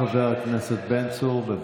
חבר הכנסת בן צור, בבקשה.